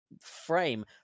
frame